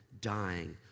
dying